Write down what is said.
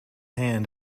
hand